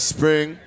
Spring